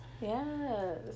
Yes